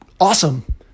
awesome